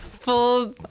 Full